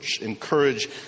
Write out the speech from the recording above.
encourage